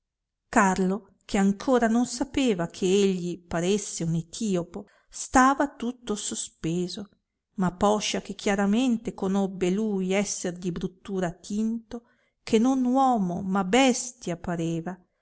carlo che ancora non sapeva che egli paresse un etiopo stava tutto sospeso ma poscia che chiaramente conobbe lui esser di bruttura tinto che non uomo ma bestia pareva